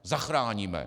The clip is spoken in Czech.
Zachráníme!